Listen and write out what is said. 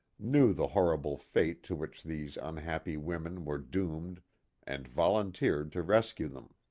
knew the horrible fate to which these unhappy women were doomed and volunteered to rescue them.